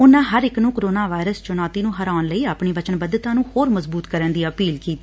ਉਨ੍ਹਾ ਹਰ ਇਕ ਨੂੰ ਕੋਰੋਨਾ ਵਾਇਰਸ ਚੁਣੌਤੀ ਨੂੰ ਹਰਾਉਣ ਲਈ ਆਪਣੀ ਵਚਨਬੱਧਤਾ ਨੂੰ ਹੋਰ ਮਜ਼ਬੂਤ ਕਰਨ ਦੀ ਅਪੀਲ ਕੀਤੀ